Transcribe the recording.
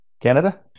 Canada